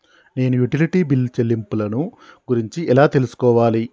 నేను utility bill చెల్లింపులను గురించి ఎలా తెలుసుకోవాలి?